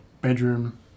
bedroom